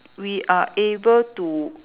we are able to